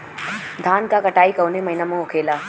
धान क कटाई कवने महीना में होखेला?